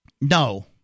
No